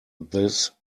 this